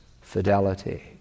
fidelity